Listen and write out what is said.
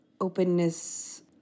openness